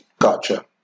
Gotcha